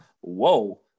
Whoa